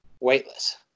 weightless